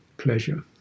Pleasure